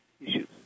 issues